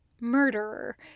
murderer